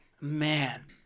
Man